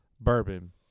bourbon